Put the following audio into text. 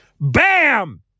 Bam